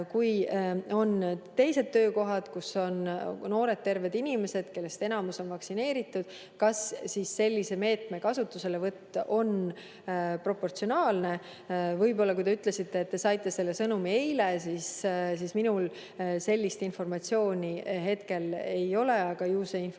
kui on teised töökohad, kus on noored terved inimesed, kellest enamik on vaktsineeritud, kas siis sellise meetme kasutuselevõtt on proportsionaalne? Te ütlesite, et te saite selle sõnumi eile. Minul sellist informatsiooni hetkel ei ole, aga ju see informatsioon